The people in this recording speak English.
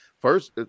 first